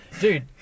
Dude